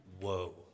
whoa